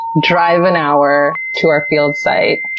drive an hour to our field site.